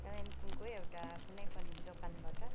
कालिम्पोङको एउटा कुनै पनि दोकानबाट